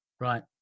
Right